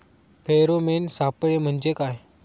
Pheromone सापळे म्हंजे काय?